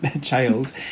child